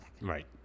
Right